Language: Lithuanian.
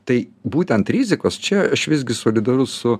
tai būtent rizikos čia aš visgi solidarus su